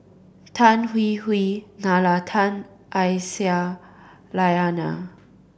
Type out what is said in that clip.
Tan Hwee Hwee Nalla Tan Aisyah Lyana